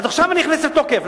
אז עכשיו היא נכנסת לתוקף,